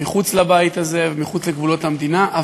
מחוץ לבית הזה ומחוץ לגבולות המדינה.